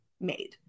made